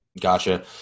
Gotcha